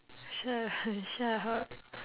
sure shut up